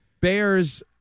Bears